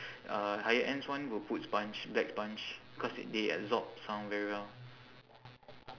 uh higher ends one would put sponge black sponge because they absorb sound very well